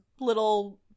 little